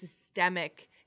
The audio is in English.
systemic